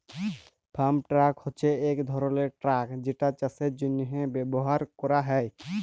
farm truck হছে ইক ধরলের ট্রাক যেটা চাষের জ্যনহে ব্যাভার ক্যরা হ্যয়